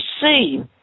see